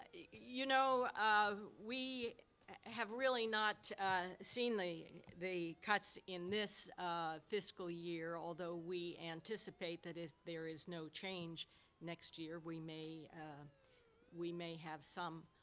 you know, um we have really not seen the the cuts in this fiscal year, although we anticipate that, if there is no change next year, we may we may have some